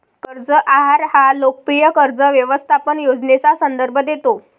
कर्ज आहार हा लोकप्रिय कर्ज व्यवस्थापन योजनेचा संदर्भ देतो